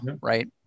right